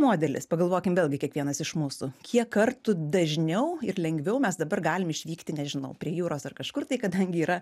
modelis pagalvokim vėlgi kiekvienas iš mūsų kiek kartų dažniau ir lengviau mes dabar galim išvykti nežinau prie jūros ar kažkur tai kadangi yra